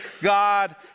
God